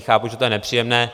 Chápu, že to je nepříjemné.